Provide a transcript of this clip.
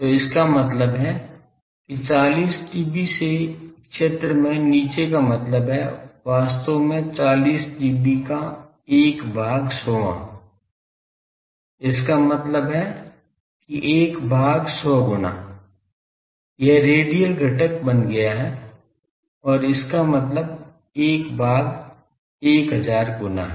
तो इसका मतलब है कि 40 dB से क्षेत्र में नीचे का मतलब है वास्तव में 40 dB का 1 भाग 100 वाँ इसका मतलब है कि 1 भाग 100 गुना यह रेडियल घटक बन गया है और इसका मतलब 1 भाग 1000 गुना है